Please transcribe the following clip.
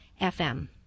FM